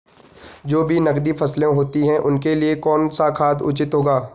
जो भी नकदी फसलें होती हैं उनके लिए कौन सा खाद उचित होगा?